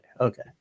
Okay